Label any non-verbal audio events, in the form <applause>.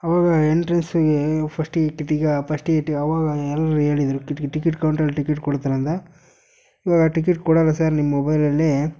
ಅವಾಗ ಎಂಟ್ರೆನ್ಸಿಗೆ ಫಸ್ಟಿಗೆ <unintelligible> ಪಸ್ಟಿಗೆ ಟಿ ಅವಾಗ ಎಲ್ಲರು ಹೇಳಿದ್ರು ಕಿಟಿ ಟಿಕಿಟ್ ಕೌಂಟರಲ್ಲಿ ಟಿಕಿಟ್ ಕೊಡ್ತಾರೆ ಅಂದು ಇವಾಗ ಟಿಕಿಟ್ ಕೊಡೋಲ್ಲ ಸರ್ ನಿಮ್ಮ ಮೊಬೈಲಲ್ಲಿ